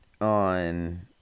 on